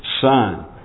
Son